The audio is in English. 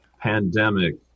pandemic